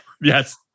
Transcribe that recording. Yes